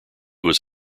was